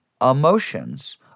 emotions